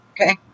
Okay